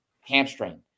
hamstring